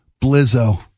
Blizzo